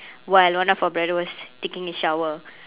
while one of our brother was taking a shower